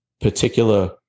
particular